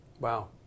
Wow